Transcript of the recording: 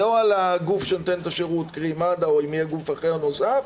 זה או על הגוף שנותן את השירות קרי מד"א או אם יהיה גוף אחר נוסף,